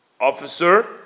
officer